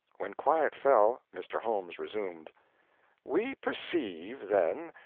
when quiet fell, mr. holmes resumed we perceive, then,